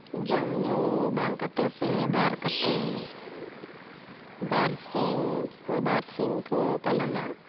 ᱡᱚᱢ ᱧᱩ ᱵᱟᱝ ᱠᱟᱛᱮᱫ ᱥᱮ ᱵᱟᱨ ᱠᱟᱛᱮᱫ ᱵᱟᱨᱥᱤᱧ ᱵᱟᱨᱥᱤᱧ ᱠᱚ ᱯᱟᱞᱚᱱᱟ